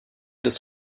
des